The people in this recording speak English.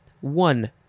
One